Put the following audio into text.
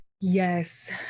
yes